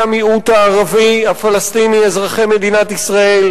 המיעוט הערבי הפלסטיני אזרחי מדינת ישראל,